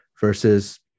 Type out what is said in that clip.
versus